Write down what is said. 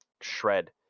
shred